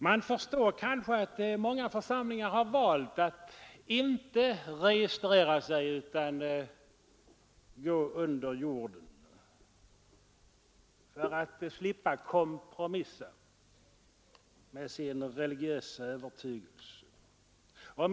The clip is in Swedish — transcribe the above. Man förstår kanske att många församlingar har valt att inte registrera sig utan att gå under jorden för att slippa kompromissa med sin religiösa övertygelse.